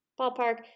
ballpark